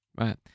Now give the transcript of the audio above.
right